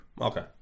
Okay